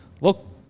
Look